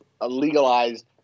legalized